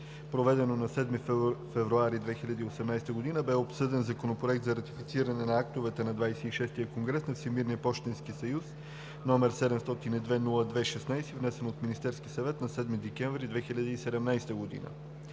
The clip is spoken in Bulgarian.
проведено на 7 февруари 2018 г., бе обсъден Законопроект за ратифициране на актовете на XXVI конгрес на Всемирния пощенски съюз, № 702-02-16, внесен от Министерския съвет на 7 декември 2017 г.